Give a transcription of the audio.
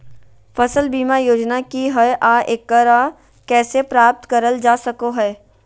फसल बीमा योजना की हय आ एकरा कैसे प्राप्त करल जा सकों हय?